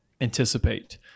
anticipate